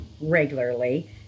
regularly